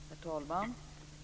Herr talman!